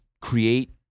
create